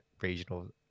regional